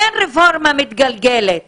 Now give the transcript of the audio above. אין רפורמה מתגלגלת